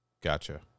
Gotcha